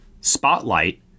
Spotlight